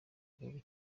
gihugu